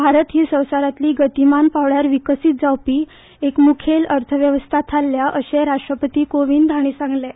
भारत ही संवसारांतली गतीमान पांवड्यार विकसीत जावपी एक मुखेल अर्थवेवस्था थारल्या अशेंय राष्ट्रपती कोविंत हांणी सांगलें